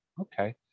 okay